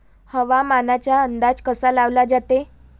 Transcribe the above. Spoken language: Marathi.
हवामानाचा अंदाज कसा लावला जाते?